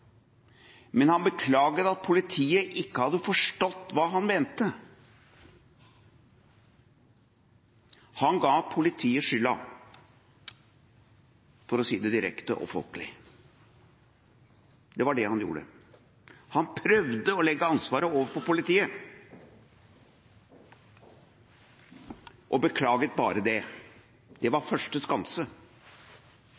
men han beklaget at politiet ikke hadde forstått hva han mente. Han ga politiet skylda – for å si det direkte og folkelig. Det var det han gjorde. Han prøvde å legge ansvaret over på politiet – og beklaget bare på den måten. Det var første skanse.